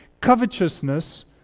covetousness